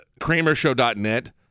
kramershow.net